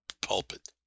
pulpit